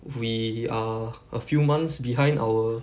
we are a few months behind our